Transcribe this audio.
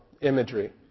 imagery